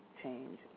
change